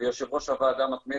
ויושב ראש הוועדה המתמדת,